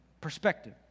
perspective